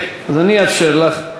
אז אני אאפשר לך.